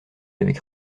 avec